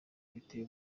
biteye